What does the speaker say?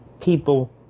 people